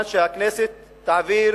שהכנסת תעביר